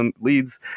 leads